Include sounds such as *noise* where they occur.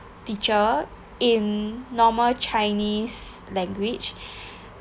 teacher in normal chinese language *breath*